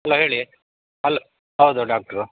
hello ಹೇಳಿ ಅಲ್ಲ ಹೌದು ಡಾಕ್ಟ್ರು